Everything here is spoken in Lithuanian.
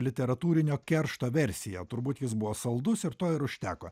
literatūrinio keršto versiją turbūt jis buvo saldus ir to ir užteko